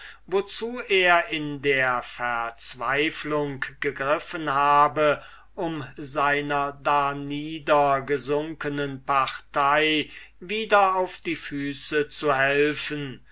wozu er in der verzweiflung gegriffen habe um seiner darnieder gesunken partei wieder auf die füße zu helfen